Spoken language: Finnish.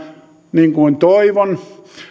niin kuin toivon niin